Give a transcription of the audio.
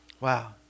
Wow